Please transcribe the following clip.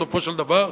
בסופו של דבר,